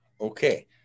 Okay